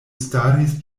staris